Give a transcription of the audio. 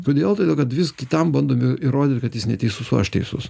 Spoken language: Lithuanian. todėl todėl kad vis kitam bandome įrodyt kad jis neteisus o aš teisus